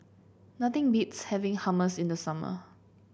nothing beats having Hummus in the summer